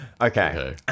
Okay